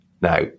now